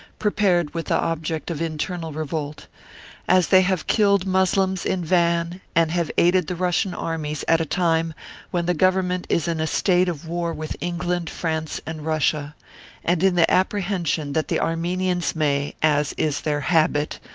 prepared with the object of internal revolt as they have killed moslems in van, and have aided the russian armies at a time when the government is in a state of war with england, france, and russia and in the apprehen sion that the armenians may, as is their habit,